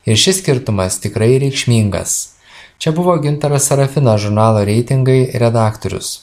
ir šis skirtumas tikrai reikšmingas čia buvo gintaras serafinas žurnalo reitingai redaktorius